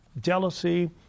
Jealousy